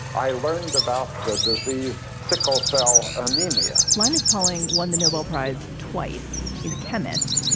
i learned about the disease sickle cell anemia linus pauling won the nobel prize twice. he's a chemist.